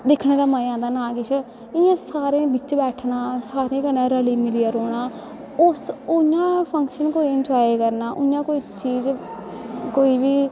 दिक्खने दा मजा औंदा ना किश इ'यां सारें बिच्च बैठना सारें कन्नै रली मिलियै रौह्ना उस उ'आं फंक्शन कोई इनजाए करना उ'आं कोई चीज कोई बी